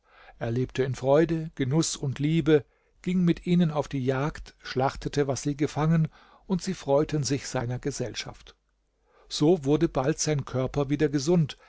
er lebte in freude genuß und liebe ging mit ihnen auf die jagd schlachtete was sie gefangen und sie freuten sich seiner gesellschaft so wurde bald sein körper wieder gesund